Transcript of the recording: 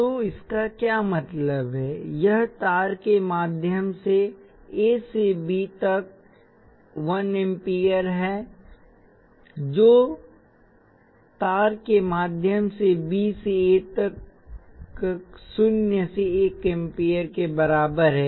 तो इसका क्या मतलब है यह तार के माध्यम से A से B तक 1 एम्पियर धारा है जो तार के माध्यम से B से A तक शून्य से एक एम्पियर के बराबर है